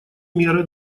меры